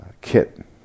kit